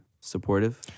supportive